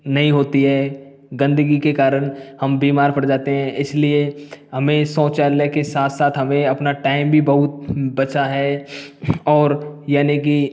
नहीं होती है गंदगी के कारण हम बीमार पड़ जाते हैं इसलिए हमें शौचालय के साथ साथ हमें अपना टाइम भी बहुत बचा है और यानि कि